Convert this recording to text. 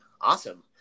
awesome